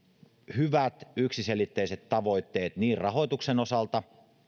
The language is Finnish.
hyvät yksiselitteiset tavoitteet niin rahoituksen osalta